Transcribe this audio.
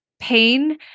pain